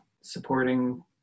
supporting